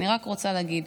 אני רק רוצה להגיד.